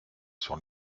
sur